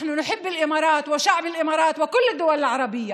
אנחנו אוהבים את האמירויות ואת עַם האמירויות וכל המדינות הערביות,